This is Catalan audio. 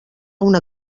una